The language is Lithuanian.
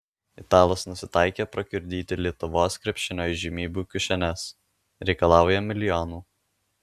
italas nusitaikė prakiurdyti lietuvos krepšinio įžymybių kišenes reikalauja milijonų